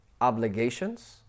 obligations